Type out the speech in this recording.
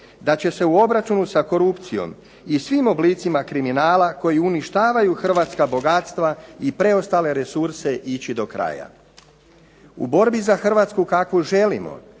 da će se u obračunu sa korupcijom i svim oblicima kriminala koji uništavaju hrvatska bogatstva i preostale resurse ići do kraja. U borbi za Hrvatsku kakvu želimo,